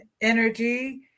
energy